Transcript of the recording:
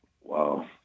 Wow